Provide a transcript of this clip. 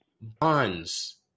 bonds